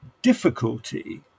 difficulty